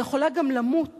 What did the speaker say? והיא יכולה גם למות